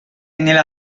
nella